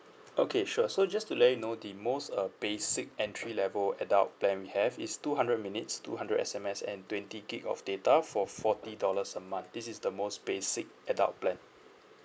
okay sure so just to let you know the most uh basic entry level adult plan we have is two hundred minutes two hundred S_M_S and twenty gig of data for forty dollars a month this is the most basic adult plan